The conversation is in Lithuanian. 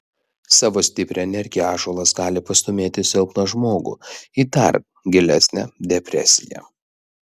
savo stipria energija ąžuolas gali pastūmėti silpną žmogų į dar gilesnę depresiją